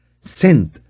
sent